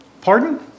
Pardon